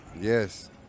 Yes